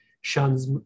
shuns